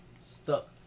stuck